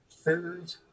Food